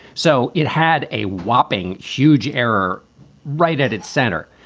so it had a whopping huge error right at its center.